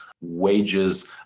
wages